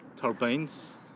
turbines